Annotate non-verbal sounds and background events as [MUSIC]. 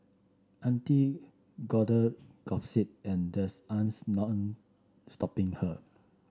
auntie gotta gossip and there's [UNINTELLIGIBLE] stopping her